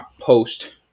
post